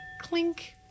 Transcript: Clink